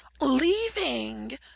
leaving